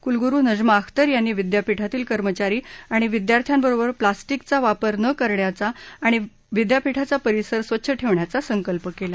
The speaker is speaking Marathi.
कुलगुरू नजमा अख्तर यांनी विद्यापीठातील कर्मचारी आणि विद्यार्थ्यांबरोबर प्लास्टिकचा वापर न करण्याचा आणि विद्यापीठाचा परिसर स्वच्छ ठेवण्याचा संकल्प केला